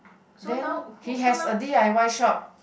then he has d_i_y shop